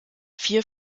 vier